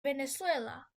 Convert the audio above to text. venezuela